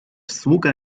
sługa